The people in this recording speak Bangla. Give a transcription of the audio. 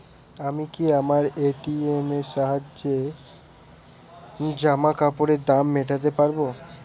আমি কি আমার এ.টি.এম এর সাহায্যে জামাকাপরের দাম মেটাতে পারব?